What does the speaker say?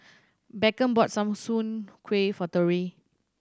Beckham bought soon kway for Tory